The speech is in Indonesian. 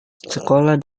sekolah